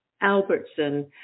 Albertson